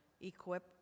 Equip